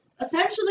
essentially